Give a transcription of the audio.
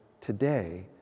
today